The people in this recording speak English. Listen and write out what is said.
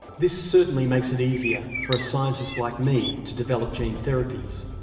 this certainly makes it easier for scientists like me to develop gene therapies,